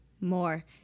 more